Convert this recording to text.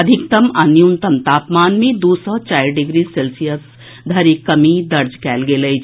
अधिकतम आ न्यूनतम तापमान मे दू सँ चारि डिग्री सेल्सियस धरिक कमी दर्ज कयल गेल अछि